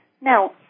Now